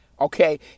Okay